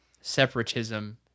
separatism